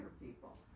people